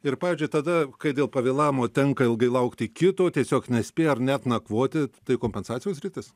ir pavyzdžiui tada kai dėl pavėlavimo tenka ilgai laukti kito tiesiog nespėja ar net nakvoti tai kompensacijos sritis